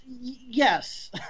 Yes